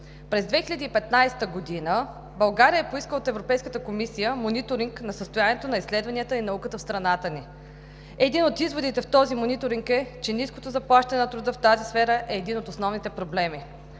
През 2015 г. България поиска от Европейската комисия мониторинг на състоянието на изследванията и науката в страната ни. Един от изводите в този мониторинг е, че ниското заплащане на труда в тази сфера е един от основните проблеми.